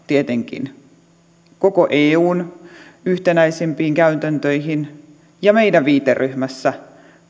tietenkin tarvetta koko eun yhtenäisimpiin käytäntöihin ja meidän viiteryhmässämme